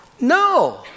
no